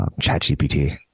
ChatGPT